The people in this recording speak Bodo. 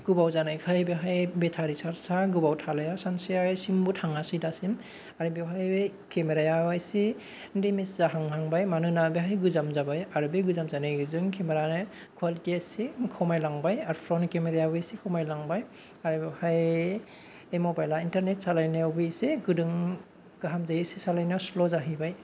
गोबाव जानायखाय बेहाय बेथारि सार्जया गोबाव थालाया सानसेयासिमबो थाङासै दासिम आरो बेवहाय केमेराया एसे देमेज जाहांहां बाय मानोना बेहाय गोजाम जाबाय आरो बे गोजाम जानायजों केमेरानि क्वालिटिया एसे खमाय लांबाय आरो फ्रन केमेरायाबो एसे खमाय लांबाय आरो बेवहाय बे मबाइला इन्टारनेट सालायनायावबो एसे गोदों गाहाम जायै एसे सालायनायाव स्ल जाहैबाय